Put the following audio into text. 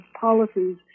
policies